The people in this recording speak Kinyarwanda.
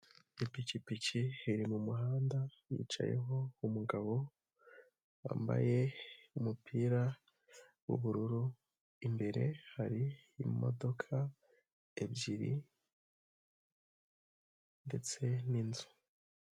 Ipikipiki iri mu muhanda yicayeho umugabo wambaye umupira w'ubururu, imbere hari imodoka ebyiri ndetse n'inzu.